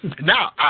Now